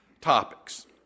topics